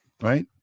right